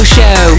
Show